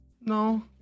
No